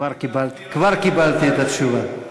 כבר קיבלתי את התשובה.